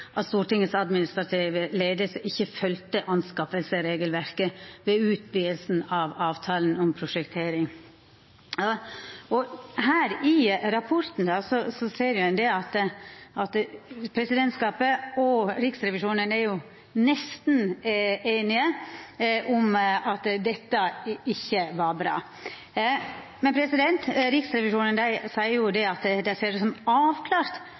at Stortingets administrative leiing ikkje følgde ved utvidinga av avtalen om prosjektering. Her i rapporten ser ein at presidentskapet og Riksrevisjonen er jo nesten einige om at dette ikkje var bra. Men Riksrevisjonen seier jo at dei ser det som avklart